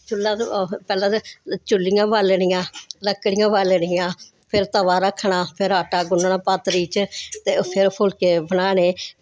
चुल्ला ते पैह्लैं ते चुल्लियां बालनियां लक्कड़ियां बालनियां फिर तवा रक्खना फिर आटा गुन्नना पातरी च ते फिर फुल्के बनाने